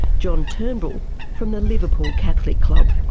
john turnbull from the liverpool catholic club.